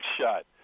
shot